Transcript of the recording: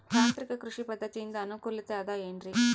ತಾಂತ್ರಿಕ ಕೃಷಿ ಪದ್ಧತಿಯಿಂದ ಅನುಕೂಲತೆ ಅದ ಏನ್ರಿ?